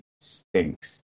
stinks